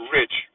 rich